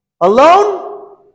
alone